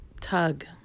tug